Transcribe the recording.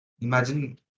imagine